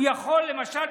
הוא יכול למשל,